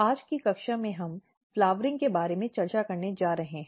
आज की कक्षा में हम फ्लावरिंग के बारे में चर्चा करने जा रहे हैं